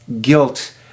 guilt